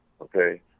okay